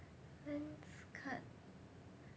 Lenskart